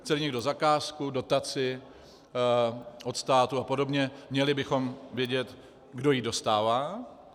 Chceli někdo zakázku, dotaci od státu a podobně, měli bychom vědět, kdo ji dostává.